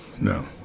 no